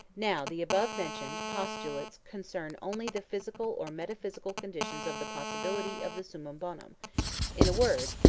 now the above-mentioned postulates concern only the physical or metaphysical conditions of the possibility of the summum bonum in a word,